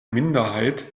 minderheit